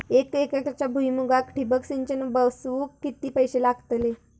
एक एकरच्या भुईमुगाक ठिबक सिंचन बसवूक किती पैशे लागतले?